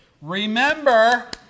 Remember